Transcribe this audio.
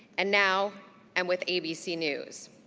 and now am with abc news.